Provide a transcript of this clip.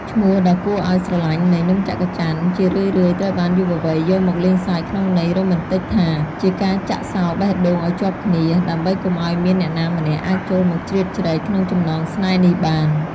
ឈ្មោះដ៏គួរឱ្យស្រឡាញ់នៃ «នំចាក់ច័ន» ជារឿយៗត្រូវបានយុវវ័យយកមកលេងសើចក្នុងន័យរ៉ូមែនទិកថា ជាការចាក់សោរបេះដូងឱ្យជាប់គ្នា ដើម្បីកុំឱ្យមានអ្នកណាម្នាក់អាចចូលមកជ្រៀតជ្រែកក្នុងចំណងស្នេហ៍នេះបាន។